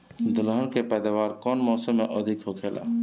दलहन के पैदावार कउन मौसम में अधिक होखेला?